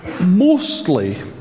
mostly